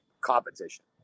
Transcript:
competition